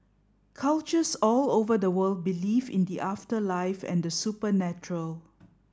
cultures all over the world believe in the afterlife and the supernatural